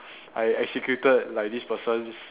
I executed like this person's